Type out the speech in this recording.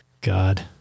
God